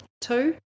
Two